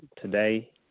today